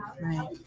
right